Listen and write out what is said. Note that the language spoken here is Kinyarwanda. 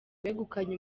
wegukanye